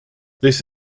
this